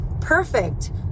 Perfect